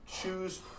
choose